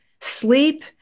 sleep